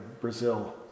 Brazil